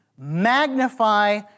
magnify